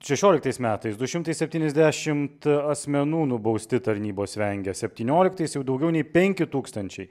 šešioliktais metais du šimtai septyniasdešim asmenų nubausti tarnybos vengia septynioliktais jau daugiau nei penki tūkstančiai